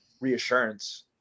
reassurance